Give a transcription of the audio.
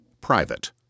Private